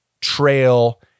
trail